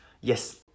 Yes